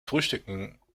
frühstücken